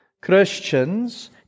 Christians